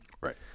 Right